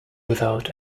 without